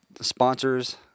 sponsors